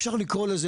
אפשר לקרוא לזה,